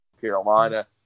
Carolina